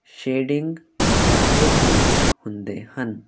shading ਮਹੱਤਵਪੂਰਨ ਹੁੰਦੇ ਹਨ